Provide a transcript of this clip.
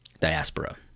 diaspora